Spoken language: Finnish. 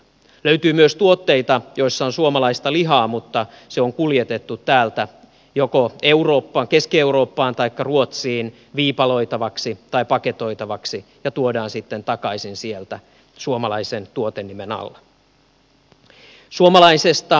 löytyy myös tuotteita joissa on suomalaista lihaa mutta se on kuljetettu täältä joko keski eurooppaan taikka ruotsiin viipaloitavaksi tai paketoitavaksi ja tuodaan sitten takaisin sieltä suomalaisen tuotenimen alla